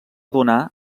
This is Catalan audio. donar